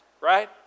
right